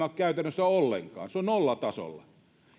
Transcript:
ole käytännössä ollenkaan se on nollatasolla